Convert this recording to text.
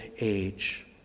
age